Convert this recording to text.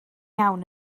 iawn